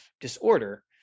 disorder